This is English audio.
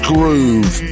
Groove